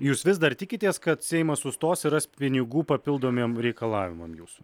jūs vis dar tikitės kad seimas sustos ir ras pinigų papildomiem reikalavimam jūsų